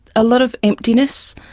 a lot of emptiness,